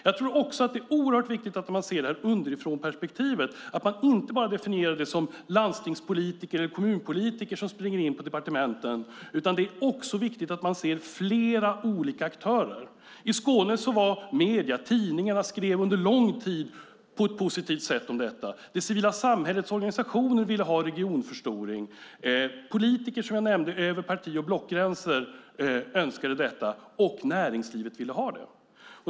Jag tror också att det är oerhört viktigt att man ser underifrånperspektivet och inte bara definierar det här som landstingspolitiker eller kommunpolitiker som springer in på departementen. Det är viktigt att man ser flera olika aktörer. I Skåne var medierna med. Tidningarna skrev under lång tid på ett positivt sätt om detta. Det civila samhällets organisationer ville ha regionförstoring. Politiker över parti och blockgränser önskade, som jag nämnde, detta. Näringslivet ville ha det.